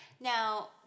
Now